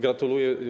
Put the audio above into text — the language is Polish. Gratuluję.